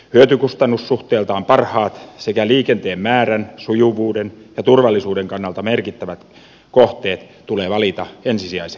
hyötykustannus suhteeltaan parhaat sekä liikenteen määrän sujuvuuden ja turvallisuuden kannalta merkittävät kohteet tulee valita ensisijaisiksi